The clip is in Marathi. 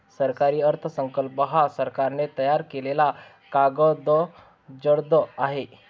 सरकारी अर्थसंकल्प हा सरकारने तयार केलेला कागदजत्र आहे